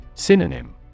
Synonym